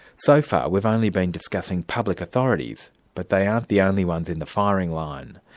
so far, we've only been discussing public authorities. but they aren't the only ones in the firing line.